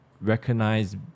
recognize